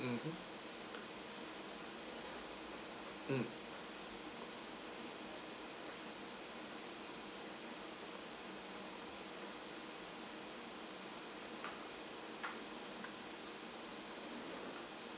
mmhmm mm